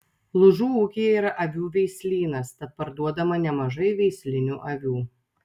lūžų ūkyje yra avių veislynas tad parduodama nemažai veislinių avių